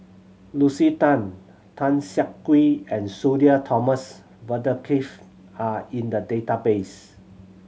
Lucy Tan Tan Siah Kwee and Sudhir Thomas Vadaketh are in the database